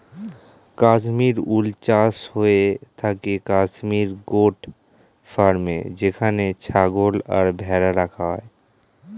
কাশ্মীর উল চাষ হয়ে থাকে কাশ্মীর গোট ফার্মে যেখানে ছাগল আর ভেড়া রাখা হয়